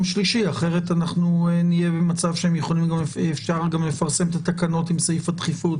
שלישי כי אחרת נהיה במצב שאפשר גם לפרסם את התקנות עם סעיף הדחיפות